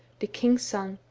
the king's son,